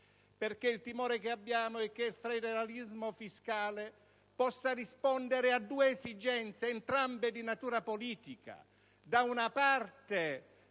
abbiamo il timore che il federalismo fiscale possa rispondere a due esigenze, entrambe di natura politica: da una parte,